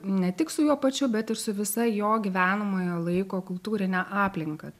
ne tik su juo pačiu bet ir su visa jo gyvenamojo laiko kultūrine aplinka